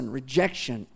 rejection